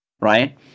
right